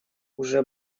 уже